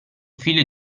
figlio